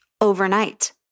overnight